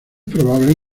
probable